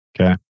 okay